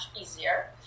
easier